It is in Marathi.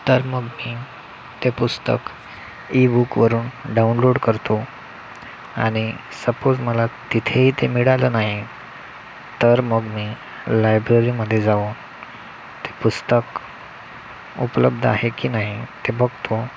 तर मग मी ते पुस्तक ईबुकवरून डाउनलोड करतो आणि सपोज मला तिथेही ते मिळालं नाही तर मग मी लायब्ररीमध्ये जाऊन ते पुस्तक उपलब्ध आहे की नाही ते बघतो